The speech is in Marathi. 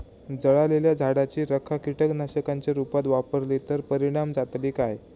जळालेल्या झाडाची रखा कीटकनाशकांच्या रुपात वापरली तर परिणाम जातली काय?